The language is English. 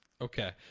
Okay